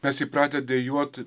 mes įpratę dejuot